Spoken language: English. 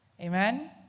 Amen